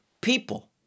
people